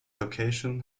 location